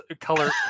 color